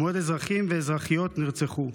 ומאות אזרחים ואזרחיות נרצחו.